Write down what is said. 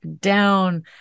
down